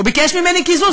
הוא ביקש ממני קיזוז,